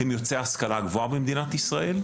הם בעלי השכלה גבוהה במדינת ישראל.